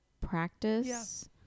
practice